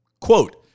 Quote